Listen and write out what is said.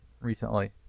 recently